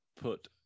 put